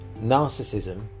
narcissism